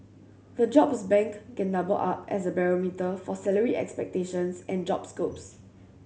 the jobs bank can double up as a barometer for salary expectations and job scopes